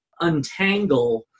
untangle